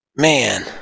man